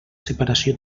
separació